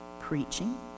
preaching